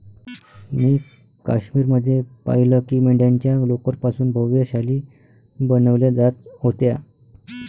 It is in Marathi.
मी काश्मीर मध्ये पाहिलं की मेंढ्यांच्या लोकर पासून भव्य शाली बनवल्या जात होत्या